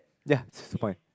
ya it's fine